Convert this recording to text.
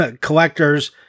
collectors